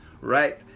right